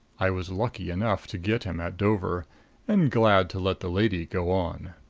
i was lucky enough to get him at dover and glad to let the lady go on.